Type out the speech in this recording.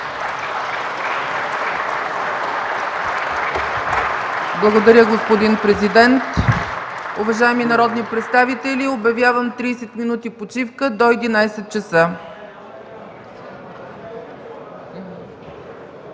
Благодаря, господин Президент. Уважаеми народни представители, обявявам 30 мин. почивка до 11,00 часа.